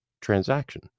transaction